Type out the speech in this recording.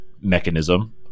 mechanism